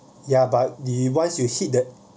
ya but the once you hit that